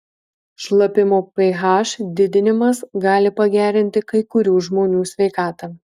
šlapimo ph didinimas gali pagerinti kai kurių žmonių sveikatą